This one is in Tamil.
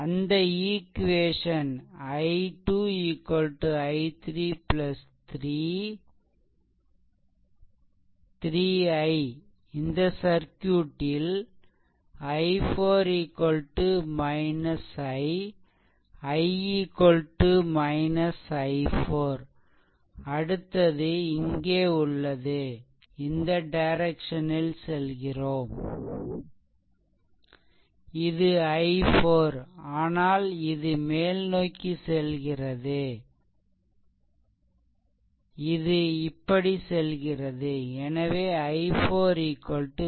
அந்த ஈக்வேசன் I2 I3 3 I இந்த சர்க்யூட்டில் i4 II i4 அடுத்தது இங்கே உள்ளது இந்த டைரெக்சனில் செல்கிறோம் இது i4 ஆனால் இது மேல்நோக்கி உள்ளது இது இப்படி செல்கிறதுஎனவே i4 I